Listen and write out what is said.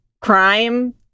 crime